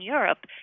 Europe